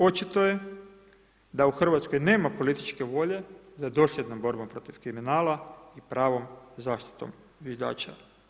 Očito je da u Hrvatskoj nema političke volje, za dosljednom borbom protiv kriminala i pravom zaštitom zviždača.